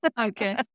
Okay